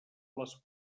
les